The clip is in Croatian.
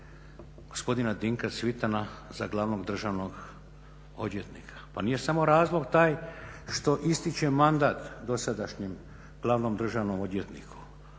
gospodina Dinka Cvitana za glavnog državnog odvjetnika. Pa nije samo razlog taj što ističe mandat dosadašnjem glavnom državnom odvjetniku.